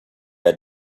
had